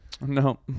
No